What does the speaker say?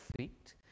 feet